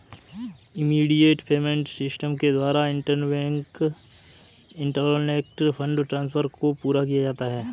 immediate payment system के द्वारा interbank electronic fund transfer को पूरा किया जाता है